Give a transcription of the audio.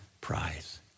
prize